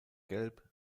gelb